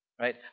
Right